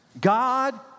God